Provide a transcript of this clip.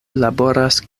laboras